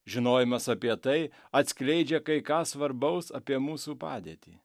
žinojimas apie tai atskleidžia kai ką svarbaus apie mūsų padėtį